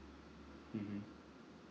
mmhmm